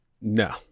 No